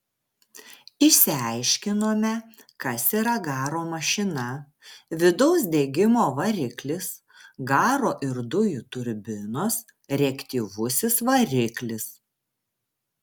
išsiaiškinome kas yra garo mašina vidaus degimo variklis garo ir dujų turbinos reaktyvusis variklis